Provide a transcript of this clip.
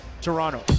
Toronto